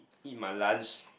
eat my lunch